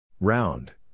Round